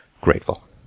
grateful